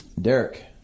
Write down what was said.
Derek